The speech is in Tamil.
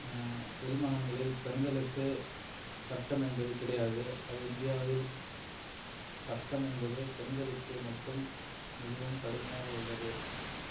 வெளி மாநிலங்களில் பெண்களுக்கு சட்டம் என்பது கிடையாது அது இந்தியாவில் சட்டம் என்பது பெண்களுக்கு மட்டும் மிகவும் கடுமையாக உள்ளது